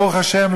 ברוך השם,